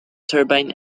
turbine